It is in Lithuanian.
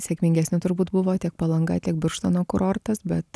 sėkmingesni turbūt buvo tiek palanga tiek birštono kurortas bet